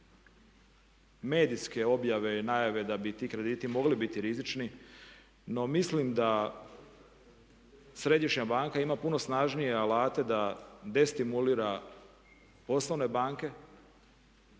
medijske objave i najave da bi ti krediti mogli biti rizični, no mislim da Središnja banka ima puno snažnije alate da destimulira poslovne banke